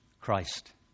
Christ